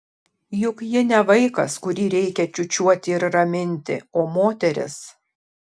juk ji ne vaikas kurį reikia čiūčiuoti ir raminti o moteris